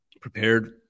prepared